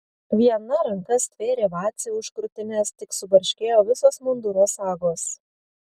viena ranka stvėrė vacį už krūtinės tik subarškėjo visos munduro sagos